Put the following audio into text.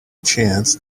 chance